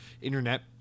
Internet